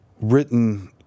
written